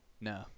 No